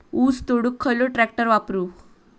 ऊस तोडुक खयलो ट्रॅक्टर वापरू?